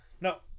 No